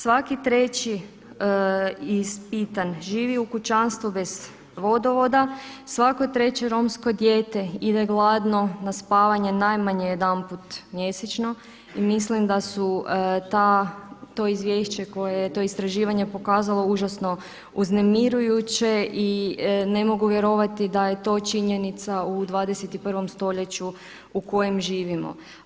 Svaki treći ispitan živi u kućanstvu bez vodovoda, svako treće romsko dijete ide gladno na spavanje najmanje jedanput mjesečno i mislim da su to izvješće koje je to istraživanje pokazalo užasno uznemirujuće i ne mogu vjerovati da je to činjenica u 21. st. u kojem živimo.